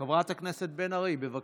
חברת הכנסת בן ארי, בבקשה.